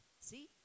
See